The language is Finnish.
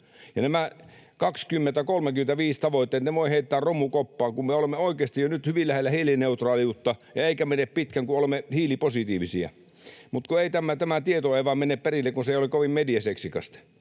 nämä 2035-tavoitteet voi heittää romukoppaan, kun me olemme oikeasti jo nyt hyvin lähellä hiilineutraaliutta. Eikä mene pitkään, kun olemme hiilipositiivisia. Mutta kun tämä tieto ei vaan mene perille, kun se ei ole kovin mediaseksikästä.